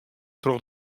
troch